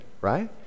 right